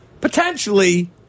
potentially